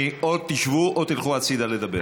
או תשבו או תלכו הצידה לדבר,